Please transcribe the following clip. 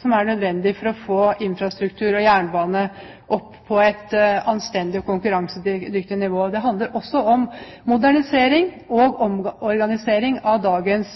som er nødvendig for å få infrastruktur og jernbane opp på et anstendig og konkurransedyktig nivå. Det handler også om modernisering og omorganisering av dagens